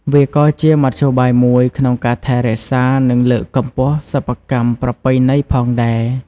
វាក៏ជាមធ្យោបាយមួយក្នុងការថែរក្សា និងលើកកម្ពស់សិប្បកម្មប្រពៃណីផងដែរ។